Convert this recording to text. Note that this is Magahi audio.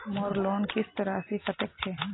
मोर लोन किस्त राशि कतेक छे?